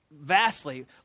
vastly